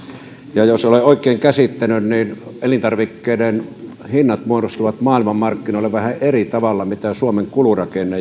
ja jos olen oikein käsittänyt niin elintarvikkeiden hinnat muodostuvat maailmanmarkkinoilla vähän eri tavalla kuin suomen kulurakenne